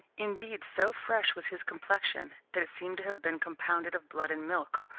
indeed, so fresh was his complexion that it seemed to have been compounded of blood and milk,